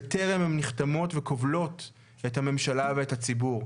בטרם הן נחתמות וכובלות את הממשלה ואת הציבור.